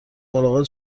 ملاقات